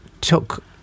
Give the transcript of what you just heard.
took